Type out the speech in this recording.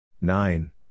nine